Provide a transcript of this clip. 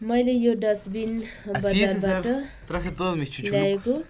मैले यो डस्टबिन बजारबाट ल्याएको